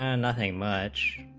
and nothing much